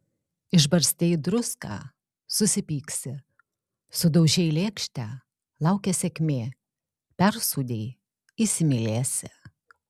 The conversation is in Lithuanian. išbarstei druską susipyksi sudaužei lėkštę laukia sėkmė persūdei įsimylėsi